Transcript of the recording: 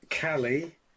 Callie